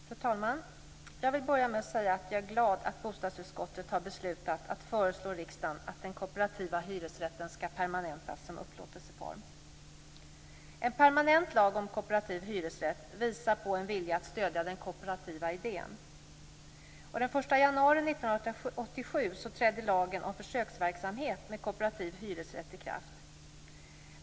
Fru talman! Jag vill börja med att säga att jag är glad åt att bostadsutskottet har beslutat att föreslå riksdagen att den kooperativa hyresrätten skall permanentas som upplåtelseform. En permanent lag om kooperativ hyresrätt visar på en vilja att stödja den kooperativa idén. Den 1 januari 1987 trädde lagen om försöksverksamhet med kooperativ hyresrätt i kraft.